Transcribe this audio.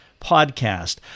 podcast